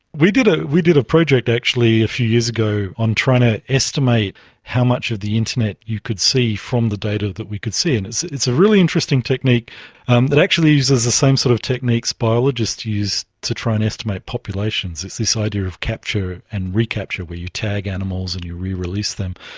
we did ah we did a project actually a few years ago on trying to estimate how much of the internet you could see from the data that we could see, and it's it's a really interesting technique um that actually uses the same sort of techniques biologists use to try and estimate populations. it's this idea of capture and recapture where you tag animals and you re-release them,